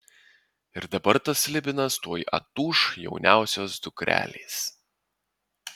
ir dabar tas slibinas tuoj atūš jauniausios dukrelės